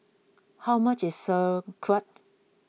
how much is Sauerkraut